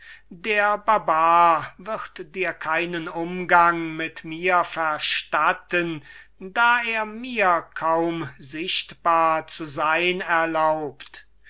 der barbar wird dir keinen umgang mit mir verstatten da er mir kaum sichtbar zu sein erlaubt